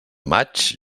maig